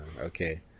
okay